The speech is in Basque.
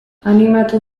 animatu